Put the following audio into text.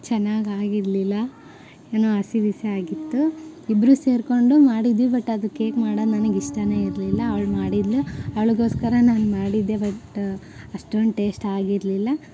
ಚೆನ್ನಾಗಾಗಿರಲಿಲ್ಲ ಏನೋ ಹಸಿ ಬಿಸಿ ಆಗಿತ್ತು ಇಬ್ಬರೂ ಸೇರ್ಕೊಂಡು ಮಾಡಿದ್ವಿ ಬಟ್ ಅದು ಕೇಕ್ ಮಾಡೋದ್ ನನಗ್ ಇಷ್ಟನೇ ಇರಲಿಲ್ಲ ಅವ್ಳು ಮಾಡಿದ್ದಳು ಅವ್ಳಿಗೋಸ್ಕರ ನಾನು ಮಾಡಿದ್ದೆ ಬಟ್ ಅಷ್ಟೊಂದು ಟೇಸ್ಟ್ ಆಗಿರಲಿಲ್ಲ